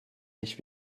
nicht